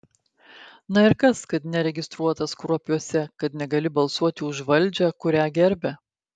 na ir kas kad neregistruotas kruopiuose kad negali balsuoti už valdžią kurią gerbia